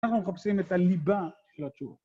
אנחנו מחפשים את הליבה של ה…